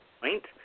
point